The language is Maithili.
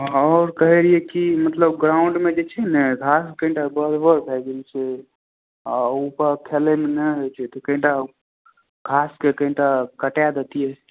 हँ आओर कहै रहियै कि मतलब ग्राउंडमे जे छै ने घास कनीटा बड़ बड़ भए गेल छै आओर ओ पर खेलैमे नहि होइ छै तऽ कनीटा घासके कनीटा कटाए दैतियै